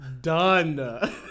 done